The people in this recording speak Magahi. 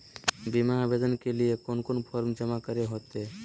बीमा आवेदन के लिए कोन कोन फॉर्म जमा करें होते